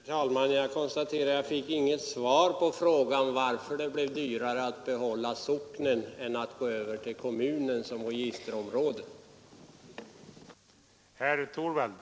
Herr talman! Jag konstaterar att jag inte fick något svar på frågan, varför det skulle bli dyrare att behålla socknen som registerområdesenhet än att gå över till kommunen.